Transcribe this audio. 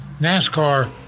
NASCAR